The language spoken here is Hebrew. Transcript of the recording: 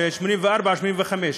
מ-1984, 1985,